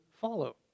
follow